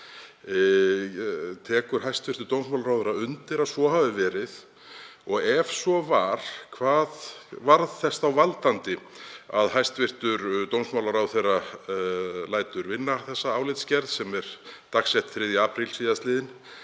Tekur hæstv. dómsmálaráðherra undir að svo hafi verið? Og ef svo er, hvað varð þess þá valdandi að hæstv. dómsmálaráðherra lætur vinna þessa álitsgerð, sem er dagsett 3. apríl síðastliðinn?